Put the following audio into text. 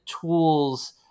tools